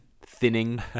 thinning